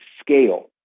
scale